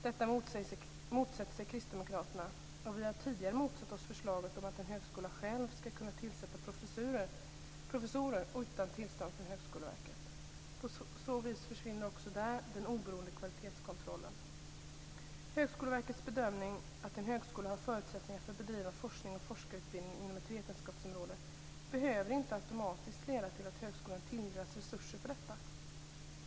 Detta motsätter sig Kristdemokraterna, och vi har tidigare motsatt oss förslaget om att en högskola skall kunna tillsätta professorer utan tillstånd från Högskoleverket. På så vis försvinner också där den oberoende kvalitetskontrollen. Högskoleverkets bedömning att en högskola har förutsättningar för att bedriva forskning och forskarutbildning inom ett vetenskapsområde behöver inte automatiskt leda till att högskolan tilldelas resurser för detta.